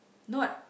not